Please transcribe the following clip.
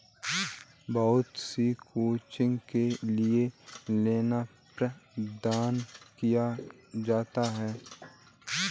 बहुत सी कोचिंग के लिये लोन प्रदान किया जाता है